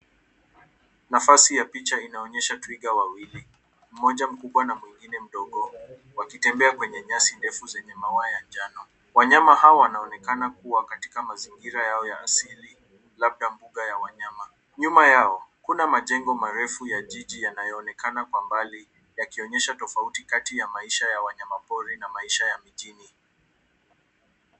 Nafasi ya picha inaonyesha twiga wawili mmoja mkubwa na mwingine mdogo wakitembea kwenye nyasi ndefu zenye maua ya njano. Wanyama hawa wanaonekana kuwa katika mazingira yao ya asili labda mbuga ya wanyama. Nyuma yao kuna majengo marefu ya jiji yanaonekana kwa mbali yakionyesha tofauti kati ya maisha ya wanyamapori na maisha ya mjini.